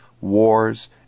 wars